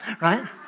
right